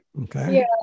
Okay